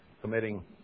committing